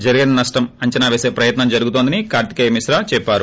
జరిగిన నష్టం అంచనా పేసే ప్రయత్నం జరుగుతోందని కార్తికేయ మిశ్రా చెప్పారు